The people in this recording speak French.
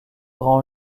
grand